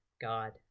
God